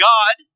God